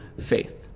faith